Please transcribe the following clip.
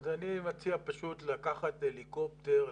אז אני מציע פשוט לקחת הליקופטר,